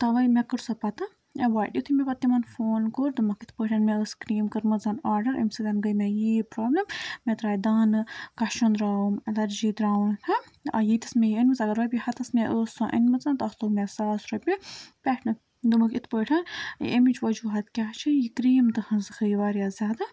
تَوَے مےٚ کٔر سۄ پَتہٕ اٮ۪وایڈ یُتھُے مےٚ پَتہٕ تِمَن فون کوٚر دوٚپمَکھ یِتھ پٲٹھۍ مےٚ ٲس کرٛیٖم کٔرمٕژ آرڈَر اَمہِ سۭتۍ گٔے مےٚ یہِ یہِ پرٛابلِم مےٚ درٛایہِ دانہٕ کَشُن درٛاوُم اٮ۪لَرجی درٛاوُم ہا ییٖتِس مےٚ یہِ أنۍ اگر رۄپیہِ ہَتَس مےٚ ٲسۍ سۄ أنۍمٕژ تَتھ لوٚگ مےٚ ساس رۄپیہِ پٮ۪ٹھٕ دوٚپمَکھ یِتھ پٲٹھۍ اَمِچ وجوٗہات کیٛاہ چھِ یہِ کرٛیٖم تٕہٕنٛز واریاہ زیادٕ